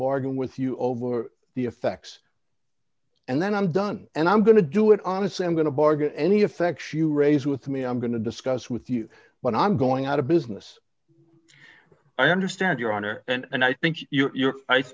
bargain with you over the effects and then i'm done and i'm going to do it honestly i'm going to bargain any effects you raise with me i'm going to discuss with you when i'm going out of business i understand your honor and i think